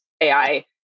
AI